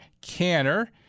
canner